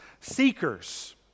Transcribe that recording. seekers